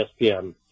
ESPN